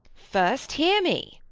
first, hear me